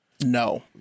No